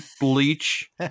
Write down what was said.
Bleach